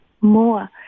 more